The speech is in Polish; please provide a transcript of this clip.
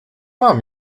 mam